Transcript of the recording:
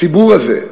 הציבור הזה,